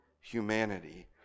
humanity